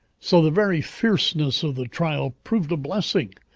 so the very fierceness of the trial proved a blessing,